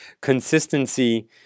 Consistency